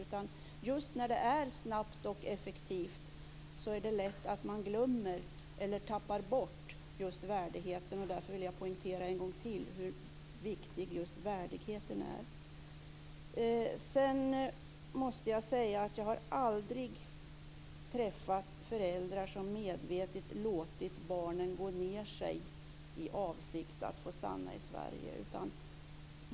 När man arbetar snabbt och effektivt är det lätt att man tappar bort värdigheten. Jag vill därför en gång till poängtera hur viktig just värdigheten är. Jag måste säga att jag aldrig träffat föräldrar som i avsikt att få stanna i Sverige medvetet låtit barnen gå ned sig.